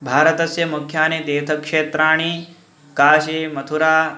भारतस्य मुख्यानि तीर्थक्षेत्राणि काशि मथुरा